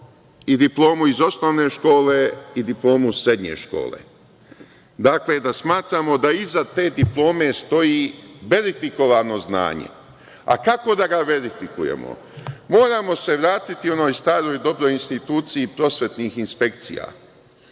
i diplomu iz osnovne škole i diplomu srednje škole. Dakle, da smatramo da iza te diplome stoji verifikovano znanje. A kako da ga verifikujemo? Moramo se vratiti onoj staroj dobroj instituciji prosvetnih inspekcija,